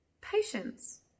patience